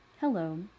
Hello